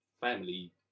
family